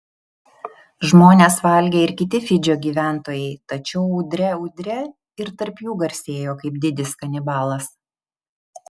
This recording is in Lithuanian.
žmones valgė ir kiti fidžio gyventojai tačiau udre udre ir tarp jų garsėjo kaip didis kanibalas